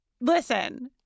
listen